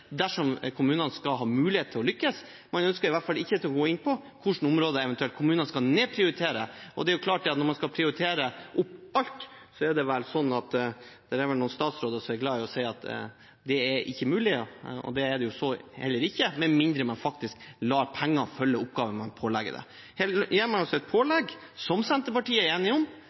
dersom kommunene skal ha mulighet til å lykkes. Man ønsker i hvert fall ikke å gå inn på hvilke områder kommunene eventuelt skal nedprioritere. Det er klart at når man skal prioritere opp alt, er det noen statsråder som er glad i å si at det ikke er mulig. Det er det heller ikke, med mindre man faktisk lar penger følge oppgavene man pålegger dem. Her gir man altså et pålegg, som Senterpartiet er enig